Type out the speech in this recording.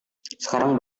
sekarang